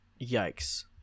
yikes